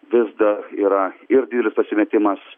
vis dar yra ir didelis pasimetimas